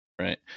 right